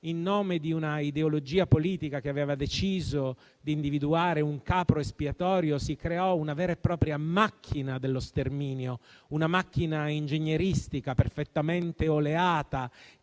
in nome di una ideologia politica che aveva deciso di individuare un capro espiatorio, si creò una vera e propria macchina dello sterminio, una macchina ingegneristica perfettamente oleata,